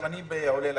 גם אני עולה לכספים.